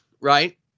right